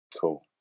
Cool